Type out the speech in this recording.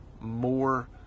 more